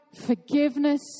forgiveness